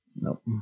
Nope